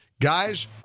Guys